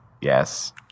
Yes